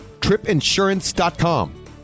tripinsurance.com